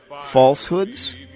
falsehoods